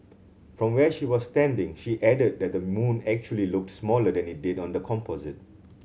from where she was standing she added that the moon actually looked smaller than it did on the composite